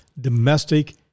domestic